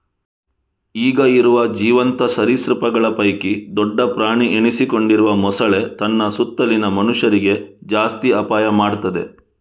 ಈಗ ಇರುವ ಜೀವಂತ ಸರೀಸೃಪಗಳ ಪೈಕಿ ದೊಡ್ಡ ಪ್ರಾಣಿ ಎನಿಸಿಕೊಂಡಿರುವ ಮೊಸಳೆ ತನ್ನ ಸುತ್ತಲಿನ ಮನುಷ್ಯರಿಗೆ ಜಾಸ್ತಿ ಅಪಾಯ ಮಾಡ್ತದೆ